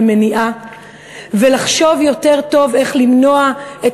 במניעה ולחשוב יותר טוב איך למנוע את